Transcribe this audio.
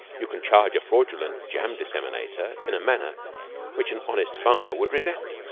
you can charge a fraudulent jam disseminator in a manner which an honest farmer would resent.